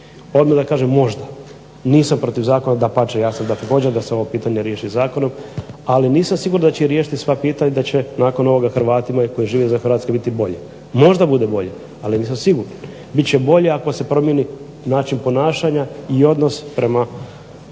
Odmah da kažem možda, nisam protiv zakona, dapače ja sam također da se ovo pitanje riješi zakonom ali nisam siguran da će riješiti sva pitanja i da će nakon ovog Hrvatima koji žive izvan Hrvatske biti bolje. Možda bude bolje, ali nisam siguran. Bit će bolje ako se promijeni način ponašanja i odnos prema njima,